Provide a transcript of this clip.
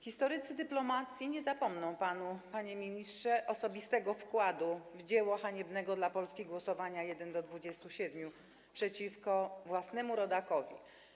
Historycy dyplomacji nie zapomną panu, panie ministrze, osobistego wkładu w dzieło haniebnego dla Polski głosowania 1:27 przeciwko własnemu rodakowi.